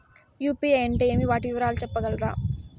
UPI అంటే ఏమి? వాటి వివరాలు సెప్పగలరా?